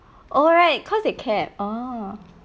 alright cause they cab ah